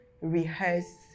rehearse